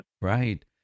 right